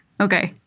Okay